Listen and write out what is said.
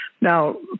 Now